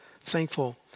thankful